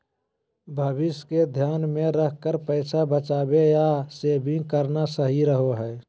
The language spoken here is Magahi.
भविष्य के ध्यान मे रखकर पैसा बचावे या सेविंग करना सही रहो हय